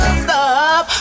stop